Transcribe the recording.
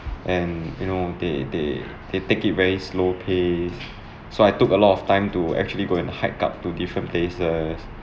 and you know they they they take it very slow pace so I took a lot of time to actually go and hike up to different places